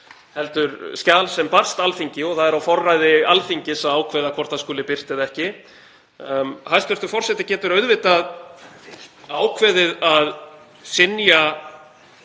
heldur skjal sem barst Alþingi og það er á forræði Alþingis að ákveða hvort það skuli birt eða ekki. Hæstv. forseti getur auðvitað ákveðið að synja